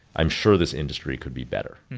i'm sure this industry could be better.